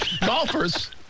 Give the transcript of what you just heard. Golfers